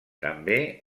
també